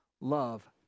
love